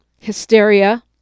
hysteria